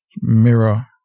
mirror